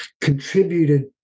contributed